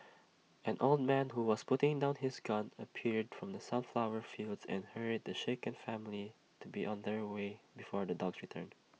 an old man who was putting down his gun appeared from the sunflower fields and hurried the shaken family to be on their way before the dogs return